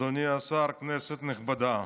אדוני השר, כנסת נכבדה,